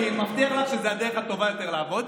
אני מבטיח לך שזו הדרך הטובה יותר לעבוד.